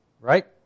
Right